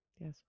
Yes